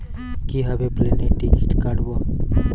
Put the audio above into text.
কিভাবে প্লেনের টিকিট কাটব?